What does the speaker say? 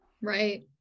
right